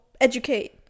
educate